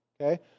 Okay